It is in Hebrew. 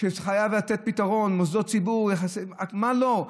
שחייבים לתת לו פתרון, מוסדות ציבור, מה לא.